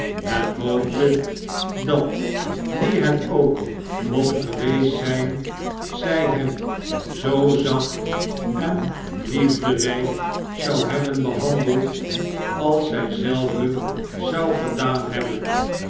en hoopte dat wie het k mocht geweest zijn zij hem zoo zacht en liefderijk zou hebben behandeld als zij zelve zott gedaan hebben